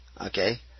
Okay